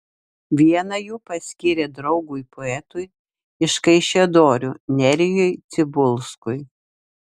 vieną jų paskyrė draugui poetui iš kaišiadorių nerijui cibulskui